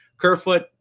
Kerfoot